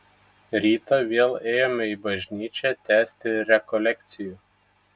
rytą vėl ėjome į bažnyčią tęsti rekolekcijų